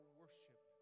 worship